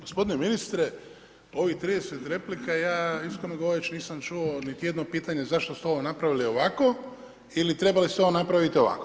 Gospodine ministre, ovih 30 replika, ja iskreno govoreći nisam čuo niti jedno pitanje zašto ste ovo napravili ovako ili trebali ste ovo napraviti ovako.